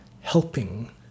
helping